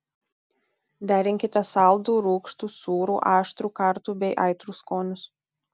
derinkite saldų rūgštų sūrų aštrų kartų bei aitrų skonius